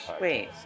wait